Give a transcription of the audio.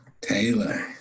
Taylor